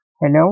Hello